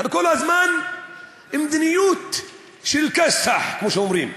הרי כל הזמן עם מדיניות של כאסח, כמו שאומרים.